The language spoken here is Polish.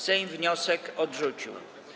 Sejm wniosek odrzucił.